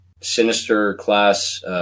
Sinister-class